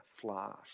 flask